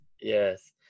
Yes